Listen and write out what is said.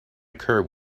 curb